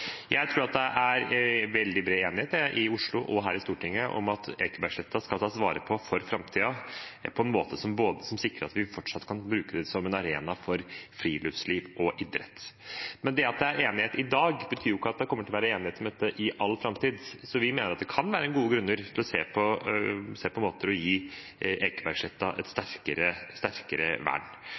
Jeg tror at det er veldig bred enighet i Oslo og her i Stortinget om at Ekebergsletta skal tas vare på for framtiden, på en måte som sikrer at vi fortsatt kan bruke den som en arena for friluftsliv og idrett. Men det at det er enighet i dag, betyr jo ikke at det kommer til å være enighet om dette i all framtid. Så vi mener at det kan være gode grunner til å se på måter å gi Ekebergsletta et sterkere vern.